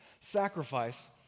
sacrifice